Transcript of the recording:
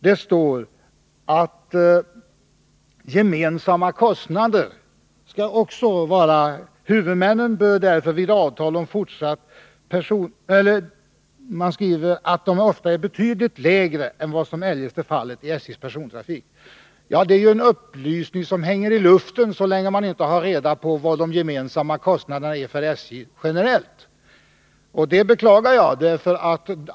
Man skriver att de gemensamma kostnaderna på de banor som skall nedläggningsprövas ofta är betydligt lägre än vad som eljest är fallet i SJ:s persontrafik. Detta är en upplysning som hänger i luften så länge man inte har reda på hur stora de gemensamma kostnaderna är för SJ generellt. Jag beklagar att det förhåller sig på detta sätt.